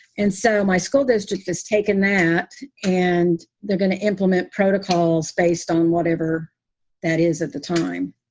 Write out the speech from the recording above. and so my school district has taken that and they're going to implement protocols based on whatever that is at the time.